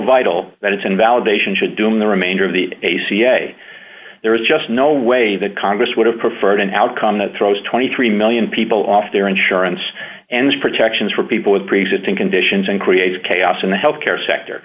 vital that its invalidation should do in the remainder of the a ca there is just no way that congress would have preferred an outcome that throws twenty three million people off their insurance and protections for people with preexisting conditions and creates chaos in the health care sector